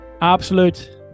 absolute